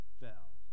fell